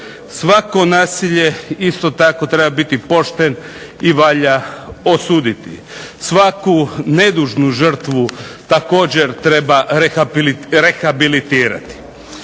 Svako nasilje treba biti pošten i valja osuditi. Svaku nedužnu žrtvu također treba rehabilitirati.